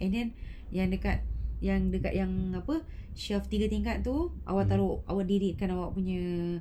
and then yang dekat yang dekat yang apa shelf tiga tingkat tu awak taruk awak dirikan awak punya